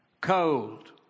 cold